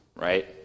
right